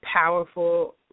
powerful